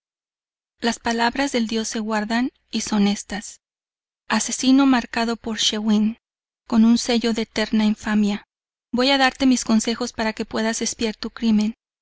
las palabras del dios se guardan y son estas asesino marcado por schiwen con un sello de eterna infamia voy a darte mis consejos para que puedas expiar tu crimen